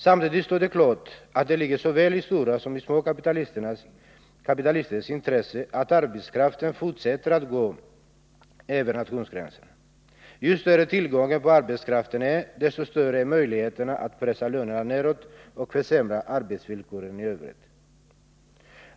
Samtidigt står det klart att det ligger såväl i stora som i små kapitalisters intresse att arbetskraften fortsätter att gå över nationsgränserna. Ju större tillgången på arbetskraft är, desto större är möjligheterna att pressa lönerna nedåt och att försämra arbetsvillkoren i övrigt.